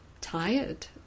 tired